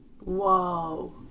Whoa